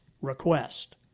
request